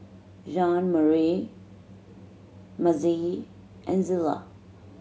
Jeanmarie Mazie and Zela